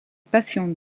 passions